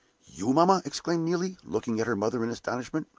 you, mamma! exclaimed neelie, looking at her mother in astonishment.